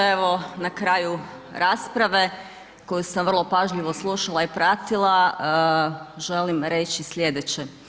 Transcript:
Evo na kraju rasprave koju sam vrlo pažljivo slušala i pratila želim reći slijedeće.